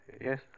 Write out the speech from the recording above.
Yes